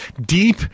Deep